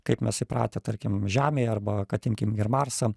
kaip mes įpratę tarkim žemėje arba kad imkim ir marsą